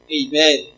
Amen